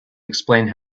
explain